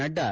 Nadda